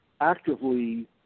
actively